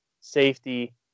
safety